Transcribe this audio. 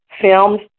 films